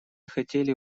хотели